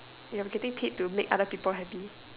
you are getting paid to make other people happy